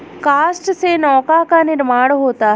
काष्ठ से नौका का निर्माण होता है